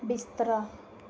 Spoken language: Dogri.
बिस्तरा